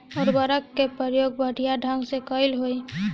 उर्वरक क प्रयोग बढ़िया ढंग से कईसे होई?